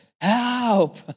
Help